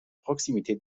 proximité